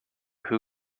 who